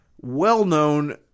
well-known